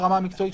מבחינה מקצועית,